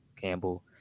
Campbell